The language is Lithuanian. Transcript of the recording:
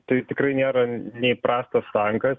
tai tikrai nėra nei prastas tankas